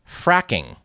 fracking